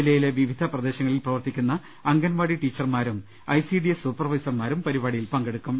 ജില്ലയിലെ വിവിധ പ്രദേശങ്ങളിൽ പ്രവർത്തിക്കുന്ന അംഗൻവാടി ടീച്ചർമാരും ഐ സി ഡി എസ് സൂപ്പർവൈസർമാരും പരിപാടിയിൽ പങ്കെടുക്കും